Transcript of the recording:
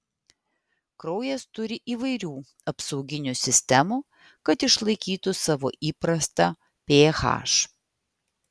kraujas turi įvairių apsauginių sistemų kad išlaikytų savo įprastą ph